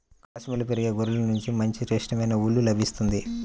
కాశ్మీరులో పెరిగే గొర్రెల నుంచి మంచి శ్రేష్టమైన ఊలు లభిస్తుంది